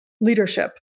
leadership